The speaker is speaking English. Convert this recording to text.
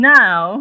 Now